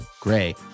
Gray